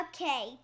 Okay